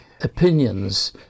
opinions